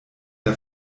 der